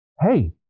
hey